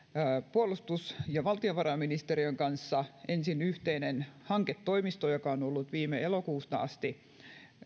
puolustus ja valtiovarainministeriön kanssa ensin yhteinen hanketoimisto joka on ollut viime elokuusta asti